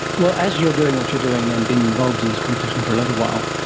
well, as you're doing what you're doing and been involved in this competition for a little while,